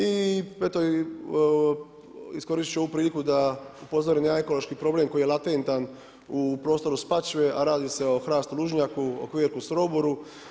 I iskoristit ću ovu priliku da upozorim na ekološki problem koji je latentan u prostoru Spačve, a radi se o hrastu lužnjaku, o quercus roburu.